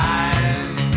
eyes